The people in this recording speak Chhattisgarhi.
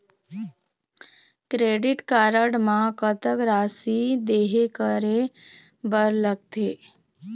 क्रेडिट कारड म कतक राशि देहे करे बर लगथे?